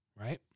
right